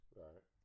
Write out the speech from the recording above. right